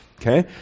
okay